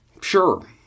Sure